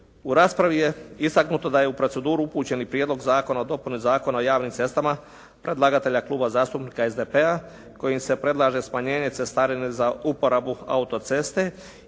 U raspravi je istaknuto da je u proceduru upućen i Prijedlog zakona o dopuni Zakona o javnim cestama predlagatelja Kluba zastupnika SDP-a kojim se predlaže smanjenje cestarine za uporabu auto-ceste